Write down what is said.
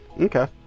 Okay